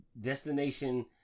destination